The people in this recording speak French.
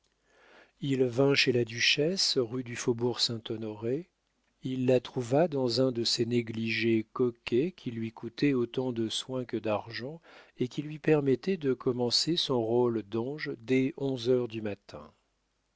il vint chez la duchesse rue du faubourg-saint-honoré il la trouva dans un de ses négligés coquets qui lui coûtait autant de soins que d'argent et qui lui permettaient de commencer son rôle d'ange dès onze heures du matin